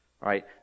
Right